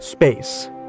Space